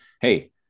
hey